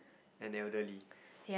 an elderly